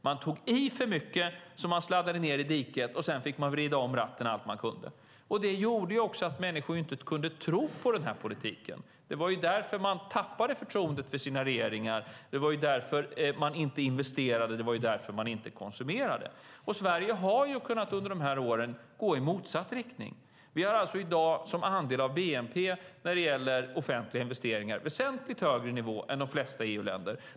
Man tog i för mycket, så att man sladdade ned i diket, och sedan fick man vrida om ratten allt man kunde. Det gjorde också att människor inte kunde tro på den politiken. Det var därför man tappade förtroendet för sina regeringar. Det var därför man inte investerade och inte konsumerade. Sverige har under de här åren kunnat gå i motsatt riktning. Vi har i dag väsentligt högre nivå offentliga investeringar som andel av bnp än de flesta EU-länder.